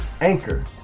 Anchor